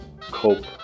cope